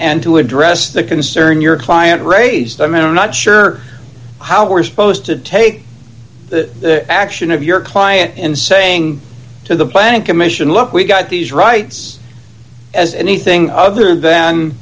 and to address the concern your client raised the amount not sure how we're supposed to take the action of your client and saying to the planning commission look we got these rights as anything other than